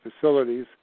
facilities